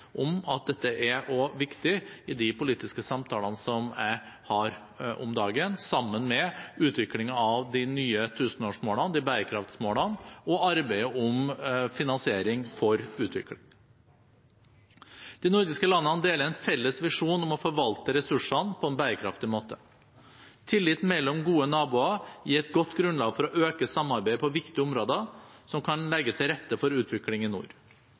om at dette også er viktig i de politiske samtalene som jeg har om dagen, sammen med utviklingen av de nye tusenårsmålene, bærekraftsmålene, og arbeidet med finansiering for utvikling. De nordiske landene deler en felles visjon om å forvalte ressursene på en bærekraftig måte. Tillit mellom gode naboer gir et godt grunnlag for å øke samarbeidet på viktige områder, som kan legge til rette for utviklingen i nord.